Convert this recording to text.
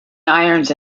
irons